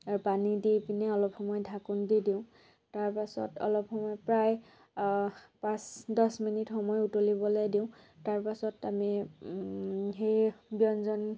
পানী দি পিনে অলপ সময় ঢাকোন দি দিওঁ তাৰপাছত অলপ সময় প্ৰায় পাঁচ দহ মিনিট সময় উতলিবলৈ দিওঁ তাৰপাছত আমি সেই ব্যঞ্জনখন